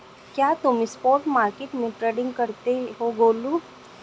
क्या तुम spot market में ट्रेडिंग करते हो गोलू?